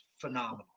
phenomenal